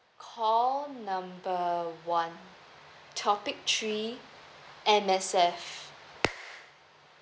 call number one topic three M_S_F